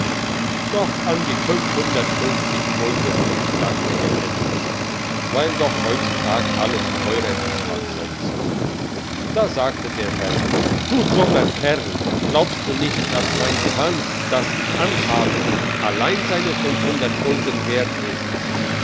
doch auch fünfhundertundfünfzig gulden sagte er endlich weil doch heutzutag alles teurer ist als sonst da sagte der herr du dummer kerl glaubst du nicht dass mein gewand das ich anhabe allein seine fünfhundert gulden wert ist